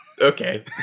okay